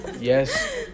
Yes